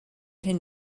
hyn